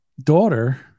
daughter